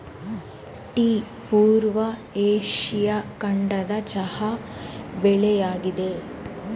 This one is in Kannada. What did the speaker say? ಟೀ ಪೂರ್ವ ಏಷ್ಯಾ ಖಂಡದ ಚಹಾ ಬೆಳೆಯಾಗಿದೆ